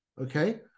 okay